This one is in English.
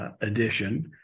edition